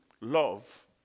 love